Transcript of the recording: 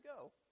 go